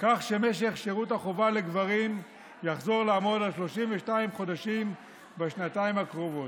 כך שמשך שירות החובה לגברים יחזור לעמוד על 32 חודשים בשנתיים הקרובות.